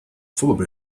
probably